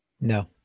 No